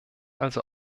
also